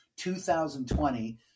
2020